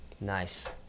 Nice